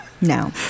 No